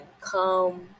come